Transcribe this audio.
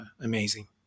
amazing